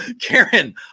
Karen